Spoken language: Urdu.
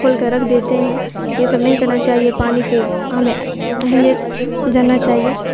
کھول کے رکھ دیتے ہیں یہ سب نہیں کرنا چاہیے پانی کے ہمیں اہمیت جاننا چاہیے